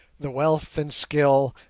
the wealth, and skill,